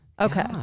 Okay